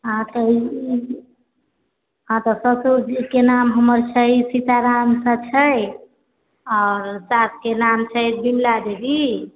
आ तऽ ई हँ तऽ ससुर के नाम हमर छै सीताराम सँ छै आओर सास के नाम छै विमला देवी